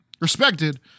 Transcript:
respected